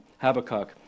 Habakkuk